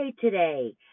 today